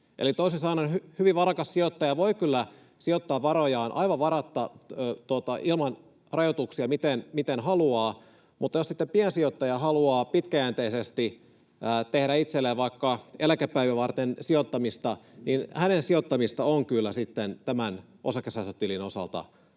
Eli toisin sanoen hyvin varakas sijoittaja voi kyllä sijoittaa varojaan aivan ilman rajoituksia, miten haluaa, mutta jos piensijoittaja haluaa pitkäjänteisesti tehdä itselleen vaikka eläkepäiviä varten sijoittamista, niin hänen sijoittamistaan on kyllä tämän osakesäästötilin osalta